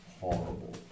horrible